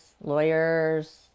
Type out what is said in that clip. lawyers